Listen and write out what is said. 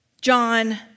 John